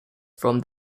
from